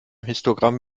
histogramm